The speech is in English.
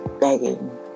begging